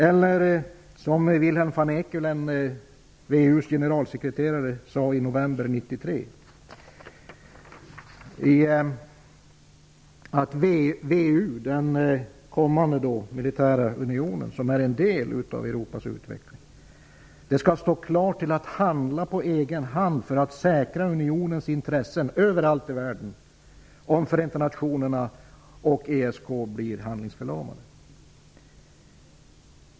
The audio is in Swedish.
Villem van Eekelen, VEU:s generalsekreterare, sade i november 1993 att VEU, den kommande militära unionen som är en del av Europas utveckling, skall stå klar att handla på egen hand för att säkra unionens intressen överallt i världen, om Förenta nationerna och ESK blir handlingsförlamade.